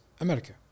America